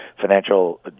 financial